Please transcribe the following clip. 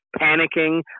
panicking